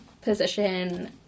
position